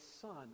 Son